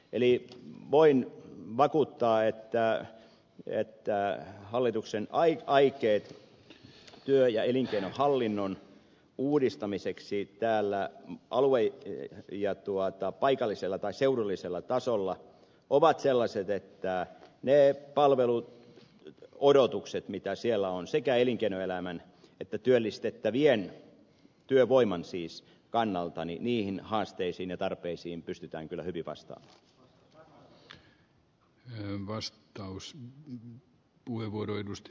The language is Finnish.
eli voin vakuuttaa että hallituksen aikeet työ ja elinkeinohallinnon uudistamiseksi alue ja seudullisella tasolla ovat sellaiset että niihin palveluodotuksiin joita siellä on sekä elinkeinoelämän että työllistettävien työvoiman siis kannalta niihin haasteisiin ja tarpeisiin pystytään kyllä hyvin vastaamaan